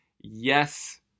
Yes